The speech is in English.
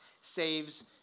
saves